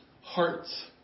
hearts